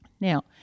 Now